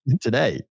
Today